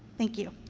thank you.